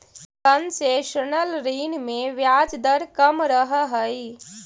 concessional ऋण में ब्याज दर कम रहऽ हइ